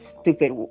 stupid